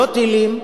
לא טילים,